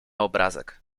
obrazek